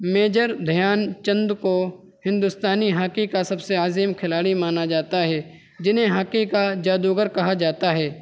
major Dhyan Chand کو ہندوستانی hockey کا سب سے عظیم کھلاڑی مانا جاتا ہے جنھیں ہاکی کا جادوگر کہا جاتا ہے